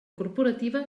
corporativa